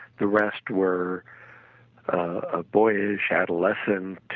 the rest were a boys, adolescent,